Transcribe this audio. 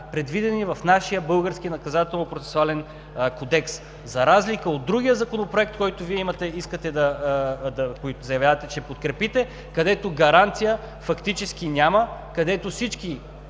предвидени в нашия български Наказателно-процесуален кодекс. За разлика от другия Законопроект, който Вие заявявате, че ще подкрепите, където гаранция фактически няма, където всички